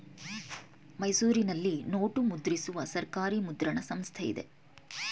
ಮೈಸೂರಿನಲ್ಲಿ ನೋಟು ಮುದ್ರಿಸುವ ಸರ್ಕಾರಿ ಮುದ್ರಣ ಸಂಸ್ಥೆ ಇದೆ